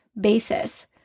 basis